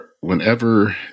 whenever